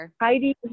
Heidi